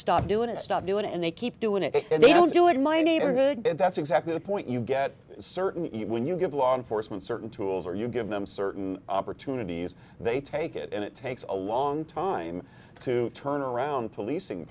stop doing it stop doing it and they keep doing it and they don't do it in my neighborhood and that's exactly the point you get certainly when you give law enforcement certain tools or you give them certain opportunities they take it and it takes a long time to turn around